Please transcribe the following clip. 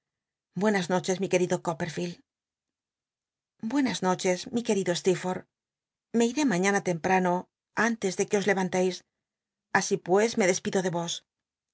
buenas noches mi querido copperficld buenas noches querido steerforth me iré mañana temprano antes de que os levan teis así pues me despido de yos